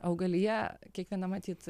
augalija kiekviena matyt